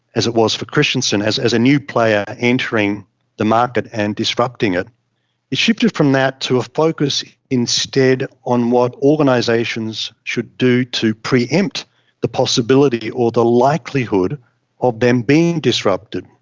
as it was for christianson, as as a new player entering the market and disrupting it, it shifted from that to a focus instead on what organisations should do to pre-empt the possibility or the likelihood of them being disrupted.